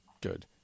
good